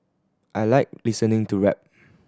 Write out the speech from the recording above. I like listening to rap